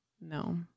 No